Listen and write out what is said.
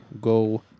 go